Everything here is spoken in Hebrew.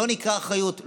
זה נקרא אחריות.